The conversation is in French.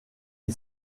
est